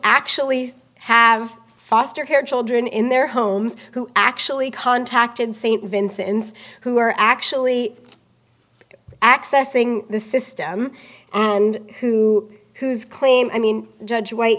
actually have foster care children in their homes who actually contacted st vincent's who were actually accessing the system and who whose claim i mean judge white